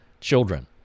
children